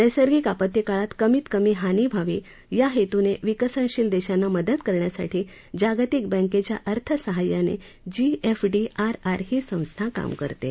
नैसर्गिक आपत्तीकाळात कमीतकमी हानी व्हावी या हेतूनं विकसनशील देशांना मदत करण्यासाठी जागतिक बँकेच्या अर्थसहाय्यानं जीएफडीआरआर ही संस्था काम करत आहे